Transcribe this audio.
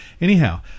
Anyhow